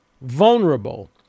vulnerable